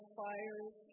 fires